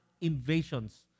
invasions